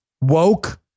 woke